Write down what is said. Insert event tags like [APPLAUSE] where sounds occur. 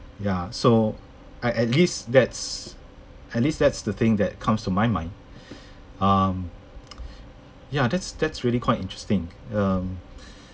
ya so I at least that's at least that's the thing that comes to my mind um [NOISE] ya that's that's really quite interesting um